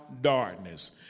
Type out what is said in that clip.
darkness